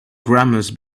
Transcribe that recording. grammars